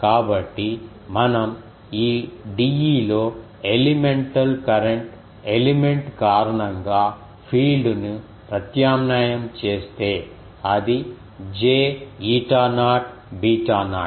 కాబట్టి మనం ఈ dE లో ఎలిమెంటల్ కరెంట్ ఎలిమెంట్ కారణంగా ఫీల్డ్ను ప్రత్యామ్నాయం చేస్తే అది j eta naught beta not